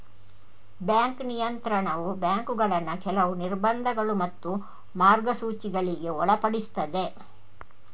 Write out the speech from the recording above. bank ನಿಯಂತ್ರಣವು ಬ್ಯಾಂಕುಗಳನ್ನ ಕೆಲವು ನಿರ್ಬಂಧಗಳು ಮತ್ತು ಮಾರ್ಗಸೂಚಿಗಳಿಗೆ ಒಳಪಡಿಸ್ತದೆ